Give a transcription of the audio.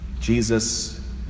Jesus